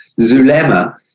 Zulema